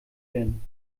werden